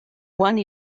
one